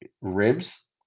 ribs